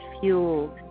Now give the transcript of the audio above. fueled